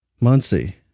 Muncie